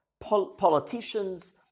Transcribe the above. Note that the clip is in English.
politicians